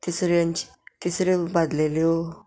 तिसऱ्यो तिसऱ्यो बाजलेल्यो